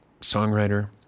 songwriter